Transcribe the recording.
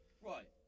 Right